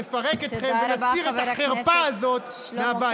נפרק אתכם ונסיר את החרפה הזאת מהבית הזה.